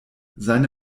seine